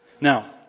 Now